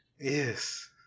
Yes